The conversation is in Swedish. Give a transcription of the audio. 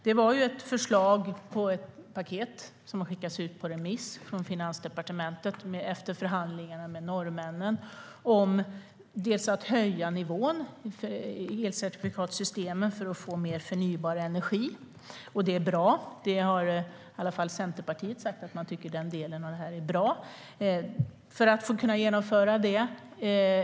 Det var ju ett förslag på ett paket som har skickats ut på remiss från Finansdepartementet efter förhandlingar med norrmännen om att höja nivån i elcertifikatssystemen för att få mer förnybar energi, och det är bra. Centerpartiet har i alla fall sagt att man tycker att den delen av det här är bra.